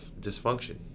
dysfunction